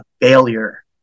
failure